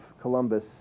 Columbus